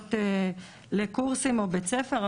דרישות לקורסים או בית ספר.